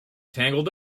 tangled